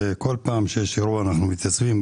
בכל פעם שיש אירוע אנחנו מתייצבים,